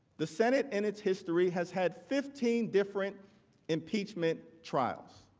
the senate, in its history has had fifteen different impeachment trials.